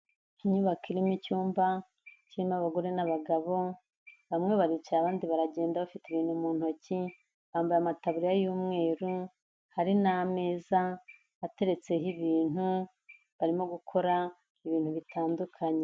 Inyubako irimo icyumba kirimo abagore n'abagabo bamwe baricaye abandi baragenda bafite ibintu mu ntoki bambaye amataburiya y'umweru hari n'ameza ateretseho ibintu barimo gukora ibintu bitandukanye.